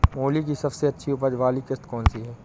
मूली की सबसे अच्छी उपज वाली किश्त कौन सी है?